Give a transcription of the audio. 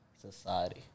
society